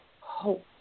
hope